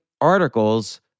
articles